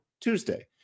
Tuesday